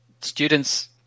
students